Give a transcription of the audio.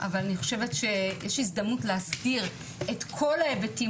אבל אני חושבת שיש הזדמנות להסדיר את כל ההיבטים